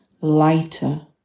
lighter